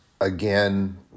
again